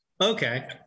okay